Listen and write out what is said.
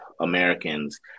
Americans